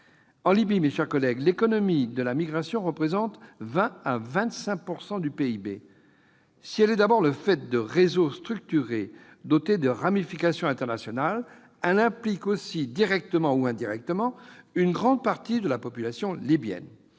En Libye, mes chers collègues, l'économie de la migration représente de 20 % à 25 % du PIB. Si elle est d'abord le fait de réseaux structurés dotés de ramifications internationales, elle implique aussi directement ou indirectement une grande partie de la population libyenne.